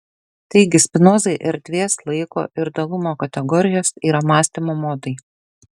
taigi spinozai erdvės laiko ir dalumo kategorijos yra mąstymo modai